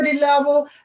level